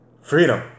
freedom